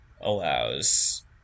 allows